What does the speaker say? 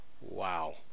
wow